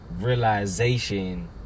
realization